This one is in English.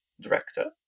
director